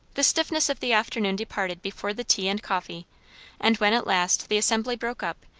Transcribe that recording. the stiffness of the afternoon departed before the tea and coffee and when at last the assembly broke up,